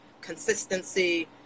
consistency